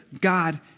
God